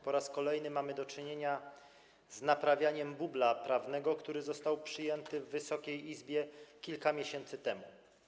Po raz kolejny mamy do czynienia z naprawianiem bubla prawnego, który został przyjęty w Wysokiej Izbie kilka miesięcy temu.